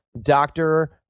doctor